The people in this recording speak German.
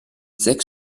sechs